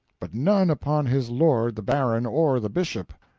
but none upon his lord the baron or the bishop,